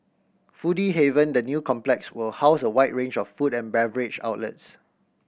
foodie haven The new complex will house a wide range of food and beverage outlets